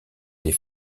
des